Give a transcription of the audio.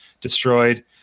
destroyed